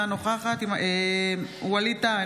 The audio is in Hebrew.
אינה נוכחת ווליד טאהא,